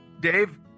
Dave